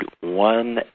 one